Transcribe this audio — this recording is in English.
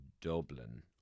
Dublin